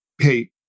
Hey